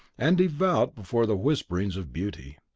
and devout before the whisperings of beauty.